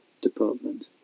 department